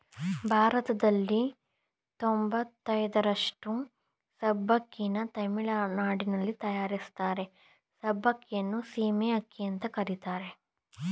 ಭಾರತದಲ್ಲಿ ತೊಂಬತಯ್ದರಷ್ಟು ಸಬ್ಬಕ್ಕಿನ ತಮಿಳುನಾಡಲ್ಲಿ ತಯಾರಿಸ್ತಾರೆ ಸಬ್ಬಕ್ಕಿಯನ್ನು ಸೀಮೆ ಅಕ್ಕಿ ಅಂತ ಕರೀತಾರೆ